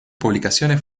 publicaciones